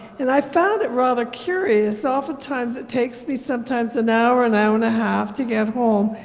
and i found it rather curious, oftentimes it takes me sometimes an hour, an hour and a half to get home,